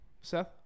Seth